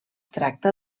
tracta